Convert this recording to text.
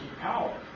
power